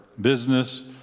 business